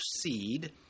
seed